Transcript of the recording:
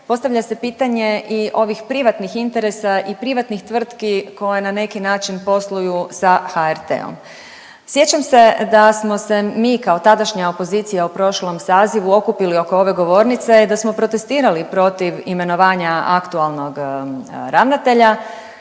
postavlja se pitanje i ovih privatnih interesa i privatnih tvrtki koje na neki način posluju sa HRT-om. Sjećam se da smo se mi kao tadašnja opozicija u prošlom sazivu okupili oko ove govornice i da smo protestirali protiv imenovanja aktualnog ravnatelja.